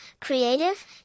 creative